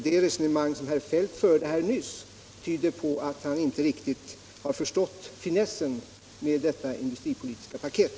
Det resonemang som herr Feldt förde nyss tyder nämligen på att han inte riktigt har förstått finessen med detta industripolitiska paket.